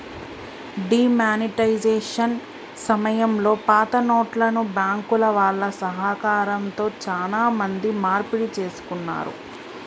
D monetisation సమయంలో పాతనోట్లను బ్యాంకుల వాళ్ళ సహకారంతో చానా మంది మార్పిడి చేసుకున్నారు